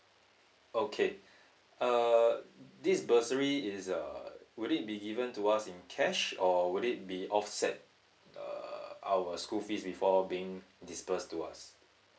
okay uh this bursary is uh would it be given to us in cash or would it be offset uh our school fees before being dispersed to us